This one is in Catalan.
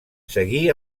seguí